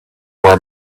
were